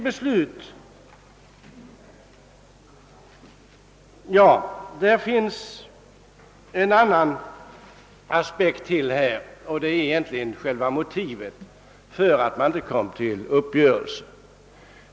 Och jag vill säga några ord om själva orsaken till att det inte gick att nå en uppgörelse i försvarsutredningen.